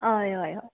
हय हय हय